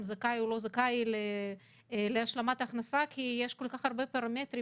זכאי או לא זכאי להשלמת הכנסה כי יש כל כך הרבה פרמטרים